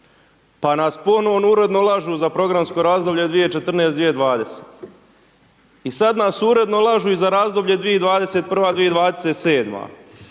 pa nas ponovno uredno lažu za programsko razdoblje 2014., 2020. i sad nas uredno lažu i za razdoblje 2021., 2027.